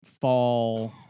fall –